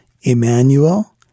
Emmanuel